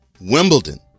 Wimbledon